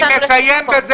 אני מסיים בזה.